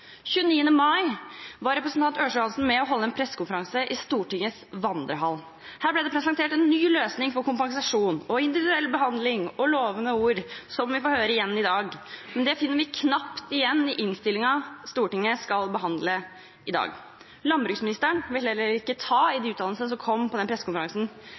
29. mai var representanten Ørsal Johansen med på å holde en pressekonferanse i Stortingets vandrehall. Her ble det presentert en ny løsning for kompensasjon, og individuell behandling og lovende ord, som vi får høre igjen i dag, men det finner vi knapt igjen i innstillingen Stortinget skal behandle i dag. Landbruksministeren vil heller ikke ta i de uttalelsene som kom på den pressekonferansen.